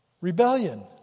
rebellion